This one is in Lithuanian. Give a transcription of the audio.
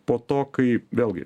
po to kai vėlgi